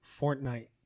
Fortnite